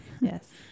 Yes